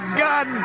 gun